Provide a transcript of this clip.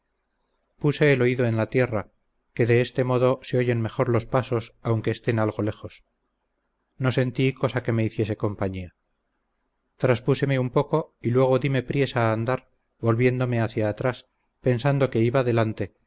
puse el oído en la tierra que de este modo se oyen mejor los pasos aunque estén algo lejos no sentí cosa que me hiciese compañía traspúseme un poco y luego díme priesa a andar volviéndome hacia atrás pensando que iba adelante